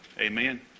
amen